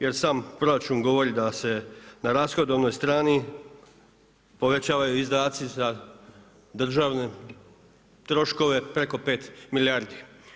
Jer sam proračun govori da se na rashodovnoj strani, povećavaju izdaci za državne troškove preko 5 milijardi.